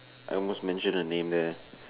I almost mention the name there